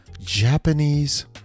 Japanese